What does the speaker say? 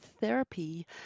therapy